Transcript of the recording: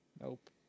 Nope